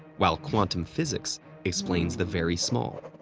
while quantum physics explains the very small.